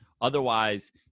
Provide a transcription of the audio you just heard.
otherwise